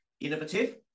innovative